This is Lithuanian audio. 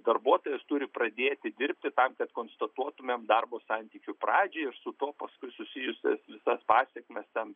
darbuotojas turi pradėti dirbti tam kad konstatuotumėm darbo santykių pradžią ir su tuo paskui susijusias visas pasekmes ten